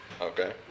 okay